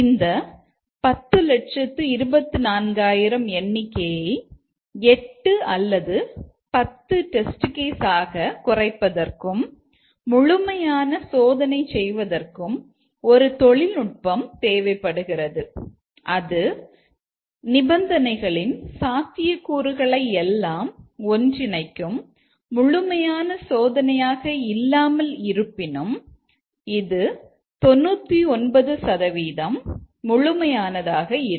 இந்த 1024000 எண்ணிக்கையை 8 அல்லது 10 டெஸ்ட் கேஸ் ஆக குறைப்பதற்கும் முழுமையான சோதனை செய்வதற்கும் ஒரு தொழில்நுட்பம் தேவைப்படுகிறது இது நிபந்தனைகளின் சாத்தியக்கூறுகளை எல்லாம் ஒன்றிணைக்கும் முழுமையான சோதனையாக இல்லாமல் இருப்பினும் இது 99 சதவீதம் முழுமையானதாக இருக்கும்